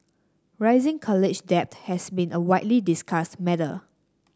rising college debt has been a widely discussed matter